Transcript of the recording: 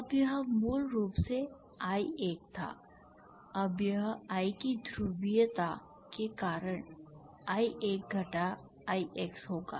अब यह मूल रूप से I1 था अब यह I की ध्रुवीयता के कारण I1 घटा I x होगा